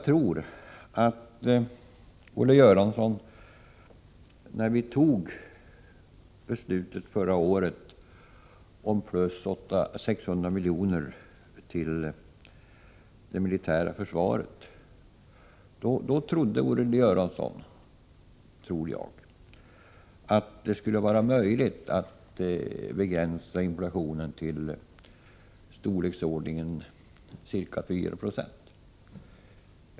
När vi förra året fattade beslut om ytterligare 600 milj.kr. till det militära försvaret trodde Olle Göransson — tror jag — att det skulle vara möjligt att begränsa inflationen till ca 4 26.